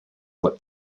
voie